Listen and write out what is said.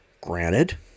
granted